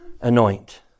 Anoint